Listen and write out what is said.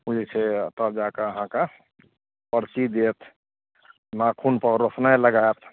जे छै तब जाके अहाँकेँ परची देत नाखूनपर रोसनाइ लगाएत